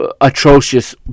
atrocious